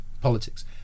politics